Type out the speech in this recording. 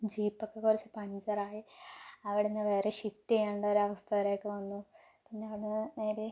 ജീപ്പൊക്കെ കുറച്ച് പഞ്ചറായി അവിടെ നിന്നു വേറെ ഷിഫ്റ്റ് ചെയ്യേണ്ട ഒരവസ്ഥ വരെയൊക്കെ വന്നു പിന്നെ അവിടെ നിന്നു നേരെ